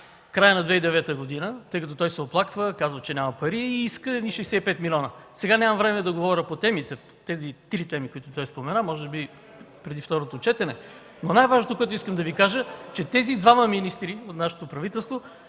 края на 2009 г., тъй като той се оплаква и казва, че няма пари, като иска 65 милиона. Сега нямам време да говоря по тези три теми, които той спомена. Може би – преди второто четене. Най-важното, което искам да Ви кажа, е, че тези двама министри от нашето правителство